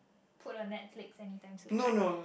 put on Netflix anytime soon right